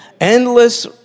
Endless